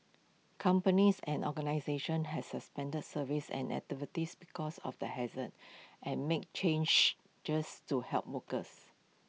companies and organisations have suspended services and activities because of the haze an and made changes just to help workers